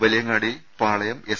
Valiyangadi Palayam S